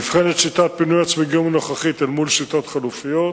נבחנת שיטת פינוי הצמיגים הנוכחית אל מול שיטות חלופיות,